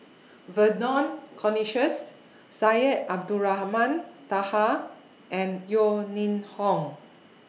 Vernon Cornelius Syed Abdulrahman Taha and Yeo Ning Hong